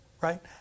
Right